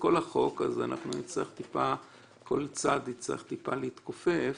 כל החוק אז כל צד יצטרך טיפה להתכופף